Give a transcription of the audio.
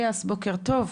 בוקר טוב.